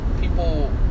People